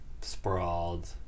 sprawled